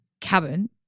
cabin